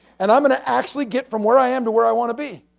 and i'm going to actually get from where i am to where i want to be.